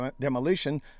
demolition